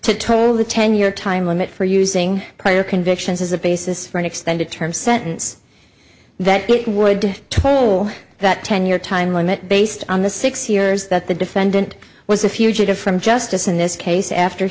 told the ten year time limit for using prior convictions as a basis for an extended term sentence that it would toll that ten year time limit based on the six years that the defendant was a fugitive from justice in this case after